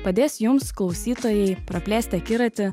padės jums klausytojai praplėsti akiratį